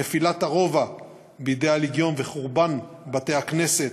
נפילת הרובע בידי הלגיון וחורבן בתי-הכנסת,